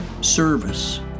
service